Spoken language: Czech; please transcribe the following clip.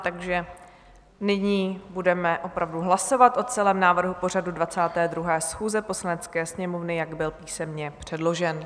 Takže nyní budeme opravdu hlasovat o celém návrhu pořadu 22. schůze Poslanecké sněmovny, jak byl písemně předložen.